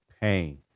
pain